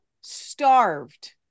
starved